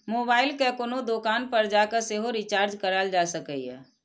mobile कें कोनो दोकान पर जाके सेहो रिचार्ज कराएल जा सकैए